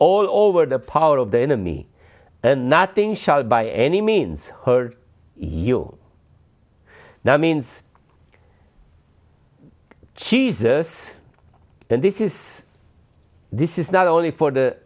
all over the power of the enemy and nothing shall by any means hurt you now means jesus and this is this is not only for the